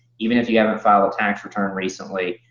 even if you haven't filed a tax return recently,